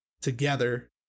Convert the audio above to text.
together